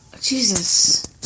Jesus